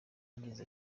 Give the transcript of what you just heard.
yagize